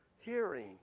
hearing